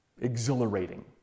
exhilarating